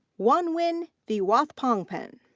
wonwin viwathpongpan.